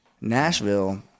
Nashville